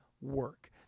work